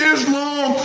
Islam